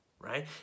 right